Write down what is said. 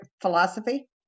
philosophy